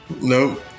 No